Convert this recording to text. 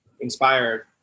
inspired